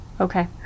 Okay